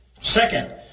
Second